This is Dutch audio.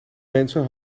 mensen